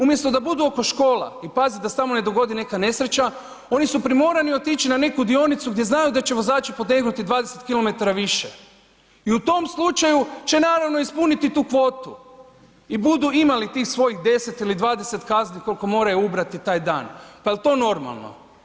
Umjesto da budu oko škola i paze da se tamo ne dogodi neka nesreća, oni su primorani otići na neku dionicu gdje znaju da će vozači potegnuti 20 km više i u tom slučaju će naravno ispuniti tu kvotu i budu imali tih svojih 10 ili 20 kazni koliko moraju ubrati taj dan, pa jel to normalno?